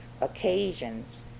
occasions